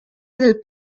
del